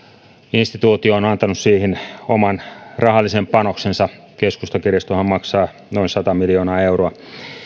instituutio on antanut siihen oman rahallisen panoksensa keskustakirjastohan maksaa noin sata miljoonaa euroa